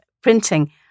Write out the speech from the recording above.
printing